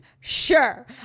sure